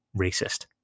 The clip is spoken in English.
racist